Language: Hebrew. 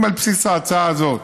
אם על בסיס ההצעה הזאת,